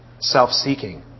self-seeking